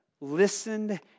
listened